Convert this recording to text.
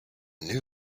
new